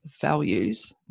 values